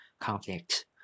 conflict